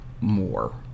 more